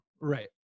Right